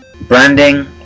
branding